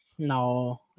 No